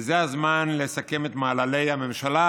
וזה הזמן לסכם את מעללי הממשלה,